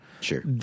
Sure